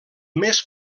més